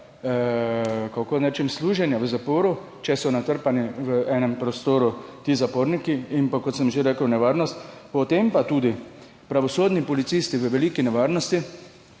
kako naj rečem? – služenja v zaporu, če so natrpani v enem prostoru ti zaporniki. In kot sem že rekel, nevarnost. Potem pa tudi: pravosodni policisti v veliki nevarnosti